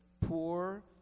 poor